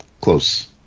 close